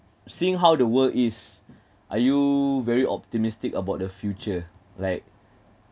seeing how the world is are you very optimistic about the future like